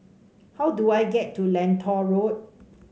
how do I get to Lentor Road